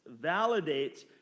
validates